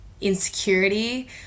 insecurity